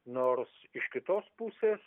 nors iš kitos pusės